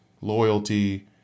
loyalty